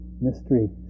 mystery